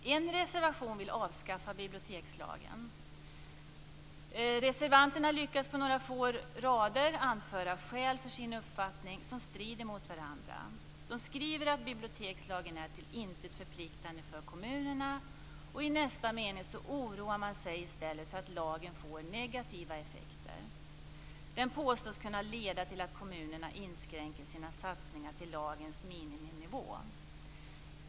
I en reservation vill man avskaffa bibliotekslagen. Reservanterna lyckas på några få rader anföra skäl för sin uppfattning som strider mot varandra. De skriver att bibliotekslagen är till intet förpliktande för kommunerna. I nästa mening oroar de sig i stället för att lagen får negativa effekter. Den påstås kunna leda till att kommunerna inskränker sina satsningar till lagens miniminivå.